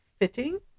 fitting